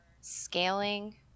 Scaling